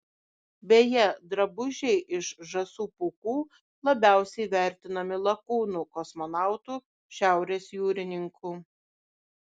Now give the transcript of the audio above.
beje drabužiai iš žąsų pūkų labiausiai vertinami lakūnų kosmonautų šiaurės jūrininkų